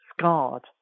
scarred